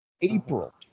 April